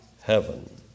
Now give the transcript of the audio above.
heaven